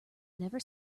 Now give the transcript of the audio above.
never